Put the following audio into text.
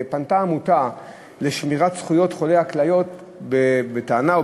פנתה העמותה לקידום ולשמירת זכויות חולי הכליות בטענה או